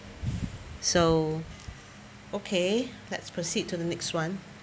so okay let's proceed to the next one